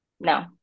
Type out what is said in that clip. no